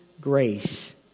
grace